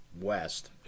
west